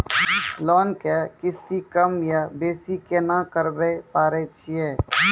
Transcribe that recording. Loan के किस्ती कम या बेसी केना करबै पारे छियै?